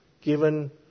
given